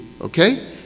Okay